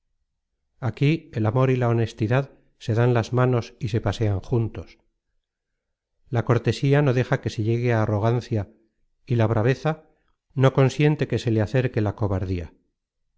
aquí el amor y la honestidad se dan las manos y se pasean juntos la cortesía no deja que se le llegue la arrogancia y la braveza no consiente que se le acerque la cobardía